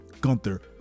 Gunther